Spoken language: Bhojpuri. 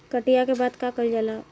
कटिया के बाद का कइल जाला?